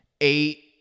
eight